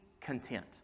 content